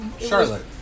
Charlotte